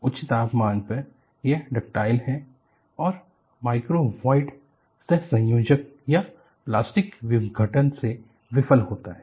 उच्च तापमान पर यह डक्टाइल है और माइक्रोवॉयड सहसंयोजन या प्लास्टिक विघटन से विफल होता है